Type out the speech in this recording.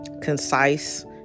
concise